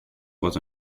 was